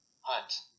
Hunt